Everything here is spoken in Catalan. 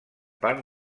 part